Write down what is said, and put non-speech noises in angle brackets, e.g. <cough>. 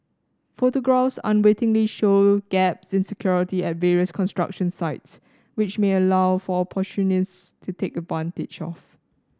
photographs unwittingly show gaps in security at various construction sites which may allow for <unintelligible> to take advantage of